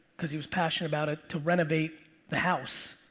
cause he was passionate about it, to renovate the house.